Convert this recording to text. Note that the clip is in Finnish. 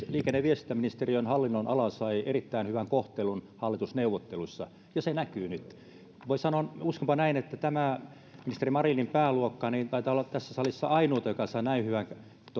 liikenne ja viestintäministeriön hallinnonala sai erittäin hyvän kohtelun hallitusneuvotteluissa ja se näkyy nyt uskonpa näin että tämä ministeri marinin pääluokka taitaa olla tässä salissa ainoita joka sai näin hyvän